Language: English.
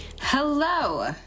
Hello